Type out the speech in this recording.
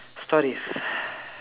stories